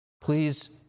please